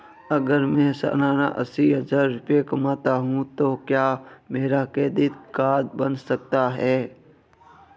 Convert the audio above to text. अगर मैं सालाना अस्सी हज़ार रुपये कमाता हूं तो क्या मेरा क्रेडिट कार्ड बन सकता है?